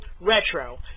Retro